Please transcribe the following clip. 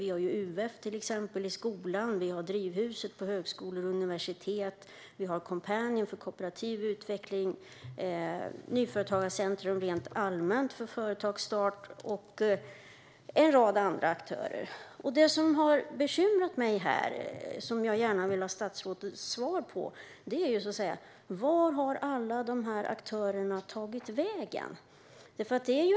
Vi har till exempel UF i skolan, Drivhuset på högskolor och universitet, Coompanion för kooperativ utveckling, Nyföretagarcentrum för företagsstart rent allmänt och en rad andra aktörer. Den fråga som har bekymrat mig och som jag gärna vill ha statsrådets svar på är: Vart har alla de här aktörerna tagit vägen?